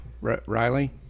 Riley